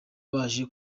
baje